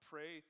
Pray